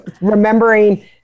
remembering